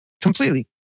Completely